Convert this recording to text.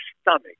stomach